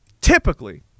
typically